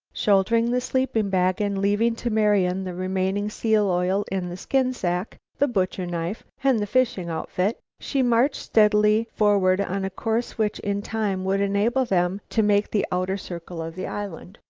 shouldering the sleeping-bag, and leaving to marian the remaining seal-oil in the skin-sack, the butcher knife, and the fishing outfit, she marched steadily forward on a course which in time would enable them to make the outer circle of the island.